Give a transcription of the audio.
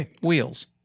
wheels